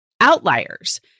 outliers